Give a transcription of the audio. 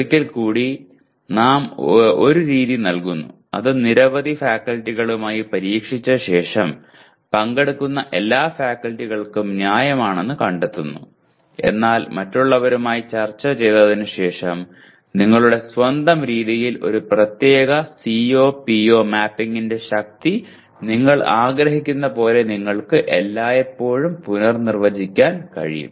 ഒരിക്കൽ കൂടി നാം ഒരു രീതി നൽകുന്നു അത് നിരവധി ഫാക്കൽറ്റികളുമായി പരീക്ഷിച്ച ശേഷം പങ്കെടുക്കുന്ന എല്ലാ ഫാക്കൽറ്റികൾക്കും ന്യായമാണെന്ന് കണ്ടെത്തുന്നു എന്നാൽ മറ്റുള്ളവരുമായി ചർച്ച ചെയ്തതിന് ശേഷം നിങ്ങളുടെ സ്വന്തം രീതിയിൽ ഒരു പ്രത്യേക CO PO മാപ്പിങ്ങിന്റെ ശക്തി നിങ്ങൾ ആഗ്രഹിക്കുന്ന പോലെ നിങ്ങൾക്ക് എല്ലായ്പ്പോഴും പുനർനിർവചിക്കാൻ കഴിയും